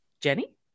Jenny